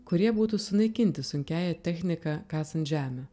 kurie būtų sunaikinti sunkiąja technika kasant žemę